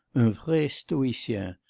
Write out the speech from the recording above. un vrai stoicien,